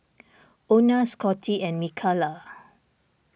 Ona Scottie and Mikalah